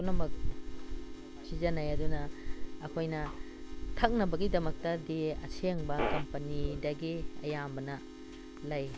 ꯄꯨꯝꯅꯃꯛ ꯁꯤꯖꯤꯟꯅꯩ ꯑꯗꯨꯅ ꯑꯩꯈꯣꯏꯅ ꯊꯛꯅꯕꯒꯤꯗꯃꯛꯇꯗꯤ ꯑꯁꯦꯡꯕ ꯀꯝꯄꯅꯤꯗꯒꯤ ꯑꯌꯥꯝꯕꯅ ꯂꯩ